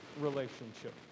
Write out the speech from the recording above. relationship